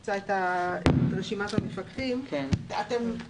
רואה שלא עדכנתי כאן את מספרי הסעיפים ואני אסביר.